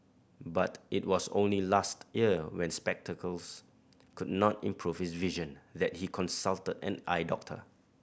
but it was only last year when spectacles could not improve his vision that he consulted an eye doctor